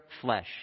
flesh